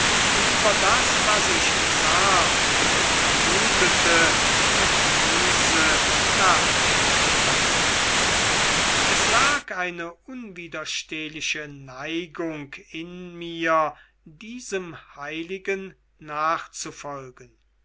und über das was ich sah oder vermutete mit muße nachdenken konnte es lag eine unwiderstehliche neigung in mir diesem heiligen nachzufolgen